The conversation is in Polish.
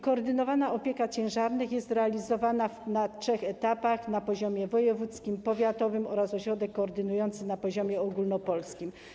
Koordynowana opieka nad ciężarnymi jest realizowana na trzech etapach: na poziomie wojewódzkim, powiatowym oraz, przez ośrodek koordynujący, na poziomie ogólnopolskim.